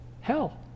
hell